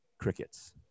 crickets